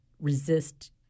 resist